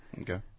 okay